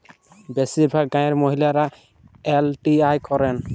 বেশিরভাগ গাঁয়ের মহিলারা এল.টি.আই করেন